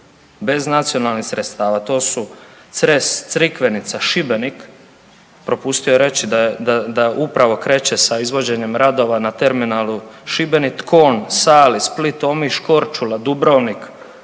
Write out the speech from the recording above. bez nacionalnih sredstava. To su Cres, Crikvenica, Šibenik, propustio je reći da upravo kreće sa izvođenjem radova na terminalu Šibenik, Tkon, Sali, Split, Omiš, Korčula, Dubrovnik,